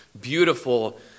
beautiful